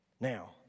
Now